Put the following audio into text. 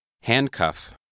Handcuff